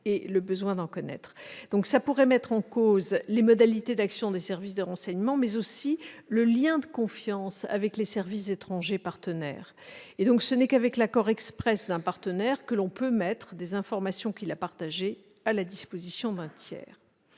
le dispositif de l'amendement pourrait mettre en cause les modalités d'action des services de renseignement, mais aussi le lien de confiance entre nos services et les services étrangers partenaires. Ce n'est qu'avec l'accord exprès d'un partenaire que l'on peut mettre des informations qu'il a partagées à la disposition d'un tiers.